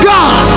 God